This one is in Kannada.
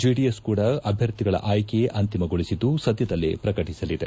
ಜೆಡಿಎಸ್ ಕೂಡ ಅಭ್ಯರ್ಥಿಗಳ ಆಯ್ಕೆ ಅಂತಿಮಗೊಳಿಸಿದ್ದು ಸದ್ದದಲ್ಲೇ ಪ್ರಕಟಿಸಲಿದೆ